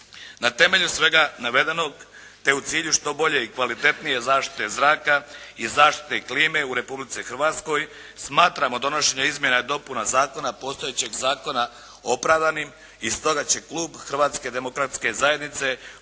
Na temelju svega navedenog te u cilju što bolje i kvalitetnije zaštite zraka i zaštite klime u Republici Hrvatskoj smatramo donošenje izmjena i dopuna zakona postojećeg Zakona opravdanim i stoga će klub Hrvatske demokratske zajednice